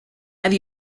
have